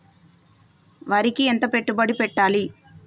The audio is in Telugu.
వరికి ఎంత పెట్టుబడి పెట్టాలి?